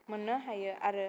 मोन्नो हायो आरो